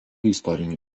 istorinių